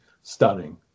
stunning